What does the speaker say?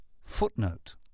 Footnote